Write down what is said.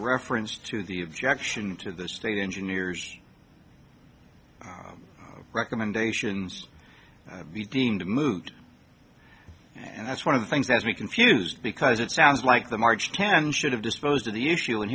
reference to the objection to the state engineers recommendations being to move and that's one of the things that's me confused because it sounds like the march ten should have disposed of the issue and